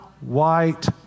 white